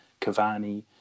Cavani